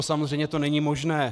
Samozřejmě to není možné.